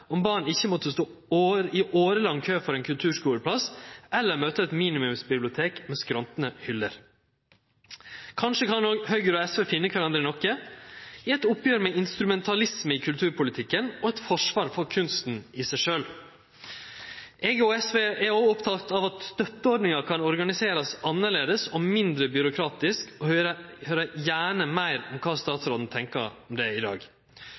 om barn ikkje måtte stå i årelang kø for ein kulturskuleplass, eller møte eit minimumsbibliotek med skrantande hyller. Kanskje kan òg Høgre og SV finne kvarandre i noko – i eit oppgjer med instrumentalisme i kulturpolitikken og i eit forsvar for kunsten i seg sjølv. Eg og SV er òg opptekne av at støtteordningar kan organiserast annleis og mindre byråkratisk, og eg høyrer gjerne meir om kva statsråden tenkjer om det i dag.